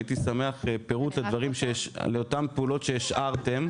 הייתי שמח לקבל פירוט לאותן פעולות שהשארתם.